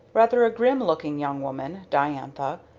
rather a grim looking young woman, diantha,